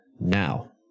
Now